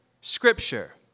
Scripture